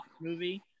movie